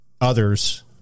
others